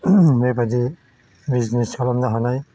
बेबायदि बिजनेस खालामनो हानाय